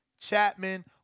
Chapman